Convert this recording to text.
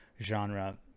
genre